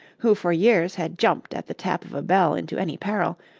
who for years had jumped at the tap of a bell into any peril,